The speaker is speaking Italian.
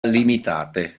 limitate